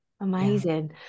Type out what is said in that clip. amazing